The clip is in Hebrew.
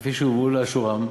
כפי שהובאו, לאשורן.